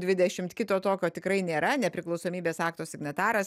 dvidešimt kito tokio tikrai nėra nepriklausomybės akto signataras